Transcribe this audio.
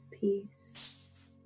peace